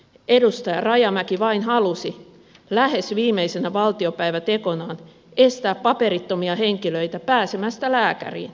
edustaja rajamäki vain halusi lähes viimeisenä valtiopäivätekonaan estää paperittomia henkilöitä pääsemästä lääkäriin